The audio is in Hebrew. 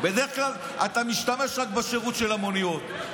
בדרך כלל אתה משתמש רק בשירות של המוניות,